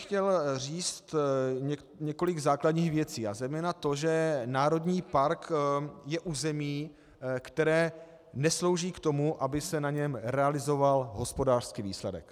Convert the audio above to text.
Chtěl bych říct několik základních věcí, a zejména to, že národní park je území, které neslouží k tomu, aby se na něm realizoval hospodářský výsledek.